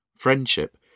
Friendship